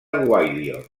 gwalior